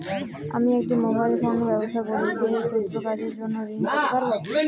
আমি একটি মোবাইল ফোনে ব্যবসা করি এই ক্ষুদ্র কাজের জন্য ঋণ পেতে পারব?